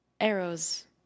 arrows